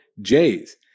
jays